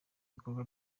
ibikorwa